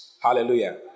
Hallelujah